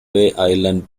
island